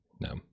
no